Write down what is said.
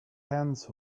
hands